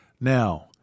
Now